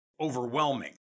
overwhelming